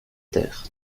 terre